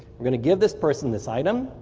i'm going to give this person this item.